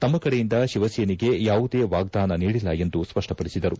ತಮ್ಮ ಕಡೆಯಿಂದ ಶಿವಸೇನೆಗೆ ಯಾವುದೇ ವಾಗ್ದಾನ ನೀಡಿಲ್ಲ ಎಂದು ಸ್ಪಷ್ಪಪಡಿಸಿದರು